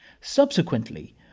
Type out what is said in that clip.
Subsequently